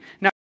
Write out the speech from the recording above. Now